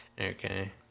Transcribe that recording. Okay